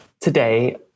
today